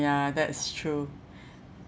ya that's true